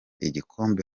igikombe